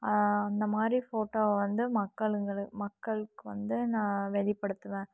அந்தமாதிரி ஃபோட்டோ வந்து மக்களுங்களை மக்களுக்கு வந்து நான் வெளிப்படுத்துவேன்